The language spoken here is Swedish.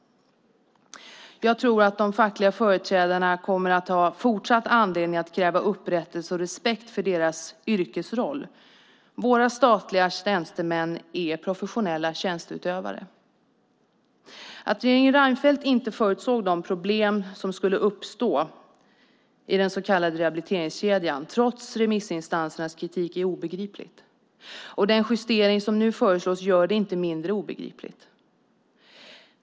Jag tror att de fackliga företrädarna kommer att ha fortsatt anledning att kräva upprättelse och respekt för deras yrkesroll. Våra statliga tjänstemän är professionella tjänsteutövare. Att regeringen Reinfeldt inte förutsåg de problem som skulle uppstå i den så kallade rehabiliteringskedjan trots remissinstansernas kritik är obegripligt, och den justering som nu föreslås gör det inte mindre obegripligt.